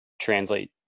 translate